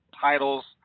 titles